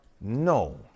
No